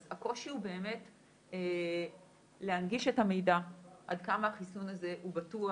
אז הקושי הוא באמת להנגיש את המידע עד כמה החיסון הזה הוא בטוח,